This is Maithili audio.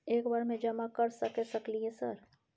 एक बार में जमा कर सके सकलियै सर?